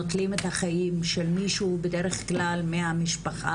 נוטלים את החיים של מישהו, בדרך כלל מהמשפחה.